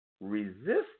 resist